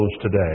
today